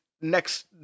next